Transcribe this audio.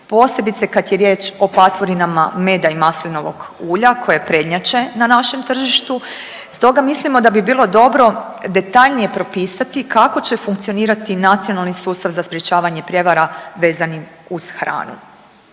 posebice kad je riječ o patvorinama meda i maslinovog ulja koje prednjače na našem tržištu. Stoga mislimo da bi bilo dobro detaljnije propisati kako će funkcionirati nacionalni sustav za sprječavanje prijevara vezanim uz hranu.